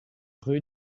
rue